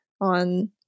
on